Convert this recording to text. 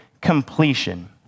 completion